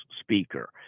Speaker